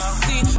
see